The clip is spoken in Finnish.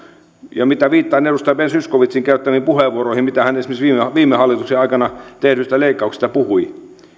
viittaan edustaja ben zyskowiczin käyttämiin puheenvuoroihin mitä hän esimerkiksi viime hallituksen aikana tehdyistä leikkauksista puhui